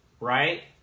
Right